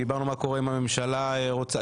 דיברנו מה קורה אם הממשלה רוצה,